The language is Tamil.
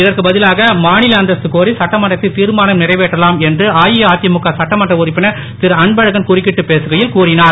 இதற்கு பதிலாக மாநில அந்தஸ்து கோரி சட்டமன்றத்தில் திர்மானம் நிறைவேற்றலாம் என்று அஇஅதிமுக சட்டமன்ற உறுப்பினர் திரு அன்பழகன் குறுக்கிட்டுப் பேசுகையில் கூறினார்